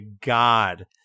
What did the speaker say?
god